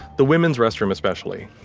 the women's restroom especially.